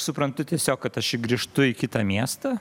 suprantu tiesiog kad aš čia grįžtu į kitą miestą